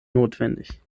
notwendig